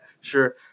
Sure